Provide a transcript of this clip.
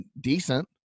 decent